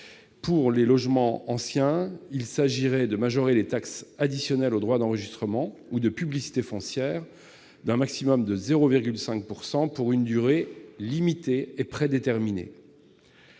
pour les logements anciens, nous proposons de majorer les taxes additionnelles aux droits d'enregistrement ou de publicité foncière d'un maximum de 0,5 % pour une durée limitée et prédéterminée.